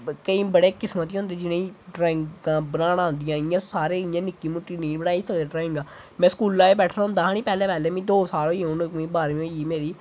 केंई बड़े किस्मां दियां होंदियां केंई ड्राईगां बनाना आंददियां सारे इयां निक्की मुट्टी नेंई बनाई सकदे ड्राईगां में स्कूला गै बैठना होंदा हा नी पैह्लैं पैह्लैं दो साल होईये हून बाह्रमीं होई हून मेरी